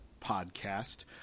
podcast